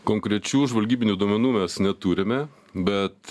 konkrečių žvalgybinių duomenų mes neturime bet